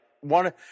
one